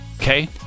Okay